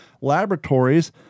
laboratories